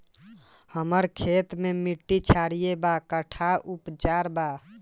हमर खेत के मिट्टी क्षारीय बा कट्ठा उपचार बा?